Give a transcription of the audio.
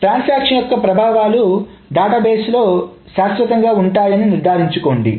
transaction యొక్క ప్రభావాలు database లో శాశ్వతంగా ఉంటాయని నిర్ధారించుకోండి